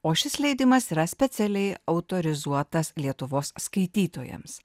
o šis leidimas yra specialiai autorizuotas lietuvos skaitytojams